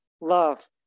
love